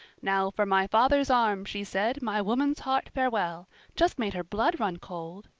now for my father's arm she said, my woman's heart farewell just made her blood run cold.